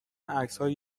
عکسهای